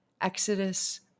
Exodus